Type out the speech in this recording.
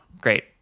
Great